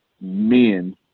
men